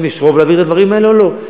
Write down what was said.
אם יש רוב להעביר את הדברים האלה או לא.